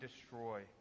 destroy